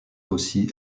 aussi